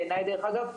בעיני דרך אגב,